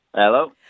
Hello